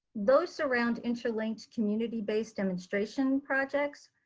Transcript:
those surround interlinked community-based demonstration projects,